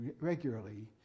regularly